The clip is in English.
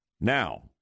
Now